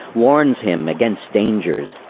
warns him against dangers,